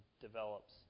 develops